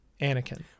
Anakin